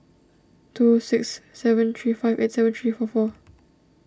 two six seven three five eight seven three four four